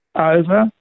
over